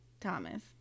Thomas